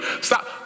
stop